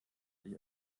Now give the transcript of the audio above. sich